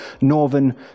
Northern